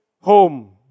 home